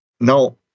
No